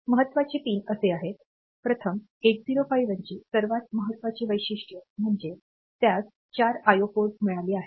महत्त्वाचे पिन असे आहेत प्रथम 8051 चे सर्वात महत्वाचे वैशिष्ट्य म्हणजे त्यास 4 आयओ पोर्ट मिळाले आहेत